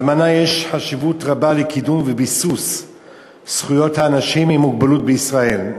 לאמנה יש חשיבות רבה לקידום וביסוס זכויות האנשים עם מוגבלות בישראל.